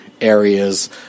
areas